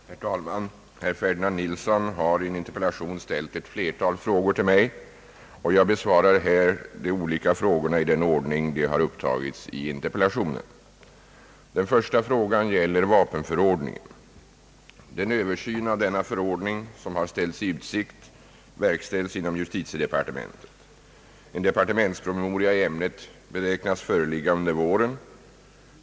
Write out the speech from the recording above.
Herr talman! Herr Nilsson har i en interpellation ställt ett flertal frågor till mig. Jag besvarar här de olika frågorna i den ordning de upptagits i interpellationen. 1. Vapenförordningen. Den översyn av vapenförordningen, som har ställts i utsikt, verkställs inom justitiedepartementet. En departementspromemoria i ämnet beräknas föreligga under våren.